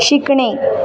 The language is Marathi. शिकणे